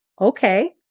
okay